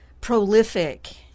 prolific